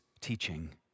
teaching